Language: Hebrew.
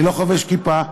אני לא חובש כיפה,